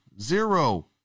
zero